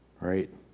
right